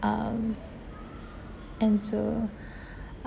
um and so